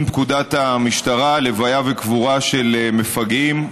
פקודת המשטרה (לוויה וקבורה של מפגעים),